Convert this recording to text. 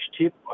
tip